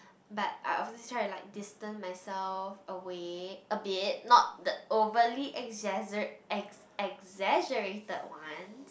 but I obviously try to like distance myself away a bit not like the overly exagge~ exaggerated one